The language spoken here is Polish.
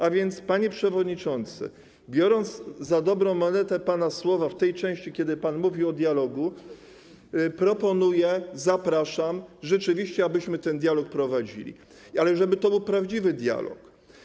A więc, panie przewodniczący, biorąc za dobrą monetę pana słowa w tej części, kiedy pan mówił o dialogu, proponuję, zapraszam, abyśmy rzeczywiście ten dialog prowadzili, ale żeby był to prawdziwy dialog.